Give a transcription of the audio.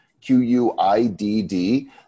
Q-U-I-D-D